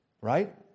right